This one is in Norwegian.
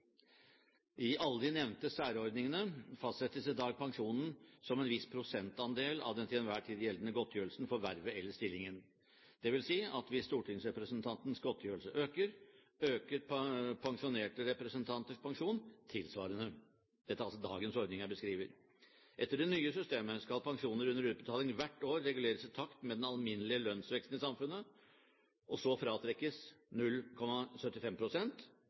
I alle de nevnte særordningene fastsettes i dag pensjonen som en viss prosentandel av den til enhver tid gjeldende godtgjørelsen for vervet eller stillingen, dvs. at hvis stortingsrepresentantenes godtgjørelse øker, øker pensjonerte representanters pensjon tilsvarende. Det er altså dagens ordning jeg her beskriver. Etter det nye systemet skal pensjoner under utbetaling hvert år reguleres i takt med den alminnelige lønnsveksten i samfunnet, og så fratrekkes